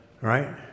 Right